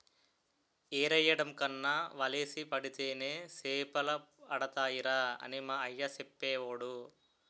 ఎరెయ్యడం కన్నా వలేసి పడితేనే సేపలడతాయిరా అని మా అయ్య సెప్పేవోడు